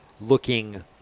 looking